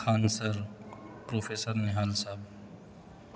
Khan sir professor نحالاحب